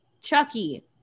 Chucky